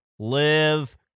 Live